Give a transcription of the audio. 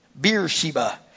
Beersheba